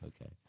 Okay